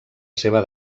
seva